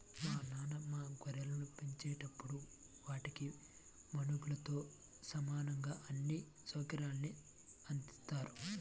మా నాన్న మా గొర్రెలను పెంచేటప్పుడు వాటికి మనుషులతో సమానంగా అన్ని సౌకర్యాల్ని అందిత్తారు